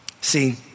See